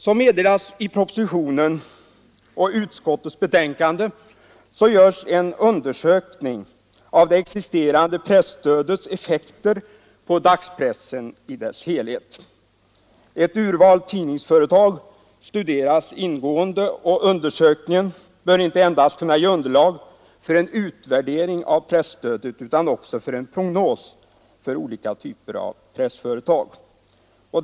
Som framgår av propositionen och av utskottets betänkande görs det också en undersökning av det existerande presstödets effekter på dagspressen i dess helhet. Ett urval tidningsföretag studeras ingående, och undersökningen bör inte endast kunna ge underlag för en utvärdering av presstödet utan också för en prognos rörande olika typer av pressföretag.